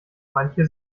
manche